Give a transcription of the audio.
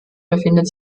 befindet